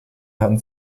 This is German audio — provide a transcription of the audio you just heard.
hatten